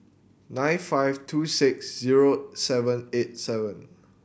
nine five two six zero seven eight seven